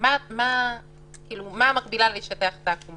גם כשיש לי שטח ענק